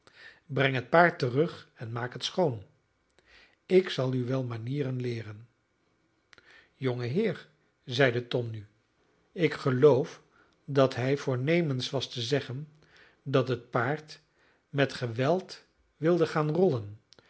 breng het paard terug en maak het schoon ik zal u wel manieren leeren jongeheer zeide tom nu ik geloof dat hij voornemens was te zeggen dat het paard met geweld wilde gaan rollen